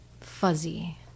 fuzzy